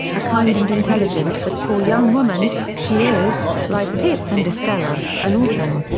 a kind and intelligent but poor young woman, she is, like pip and estella, an orphan.